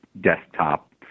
desktop